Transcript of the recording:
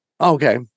Okay